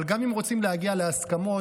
אבל גם אם רוצים להגיע להסכמות,